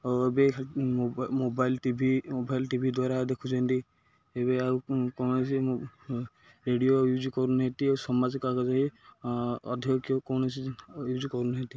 ଆଉ ଏବେ mobile TV mobile TV ଦ୍ୱାରା ଦେଖୁଛନ୍ତି ଏବେ ଆଉ କୌଣସି ରେଡ଼ିଓ ୟୁଜ୍ କରୁନାହାଁନ୍ତି ଓ ସମାଜ କାଗଜରେ ଅଧିକ କୌଣସି ୟୁଜ୍ କରୁନାହାଁନ୍ତି